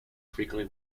frequently